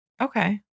Okay